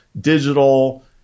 digital